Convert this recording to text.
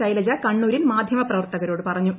ശൈലജ കണ്ണൂരിൽ മാധ്യമ പ്രവർത്തകരോട് പറഞ്ഞു